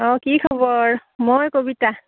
অঁ কি খবৰ মই কবিতা